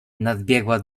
nadbiegła